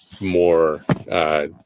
more